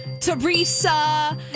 Teresa